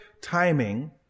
timing